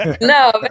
No